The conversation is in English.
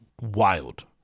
wild